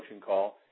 call